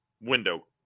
window